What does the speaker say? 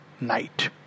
night